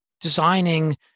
designing